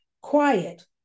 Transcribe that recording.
quiet